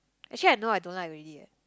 actually I know I don't like already leh